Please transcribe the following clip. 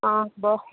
অঁ হ'ব